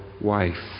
wife